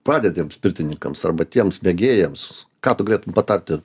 pradėtiems pirtininkams arba tiems mėgėjams ką tu galėtum patarti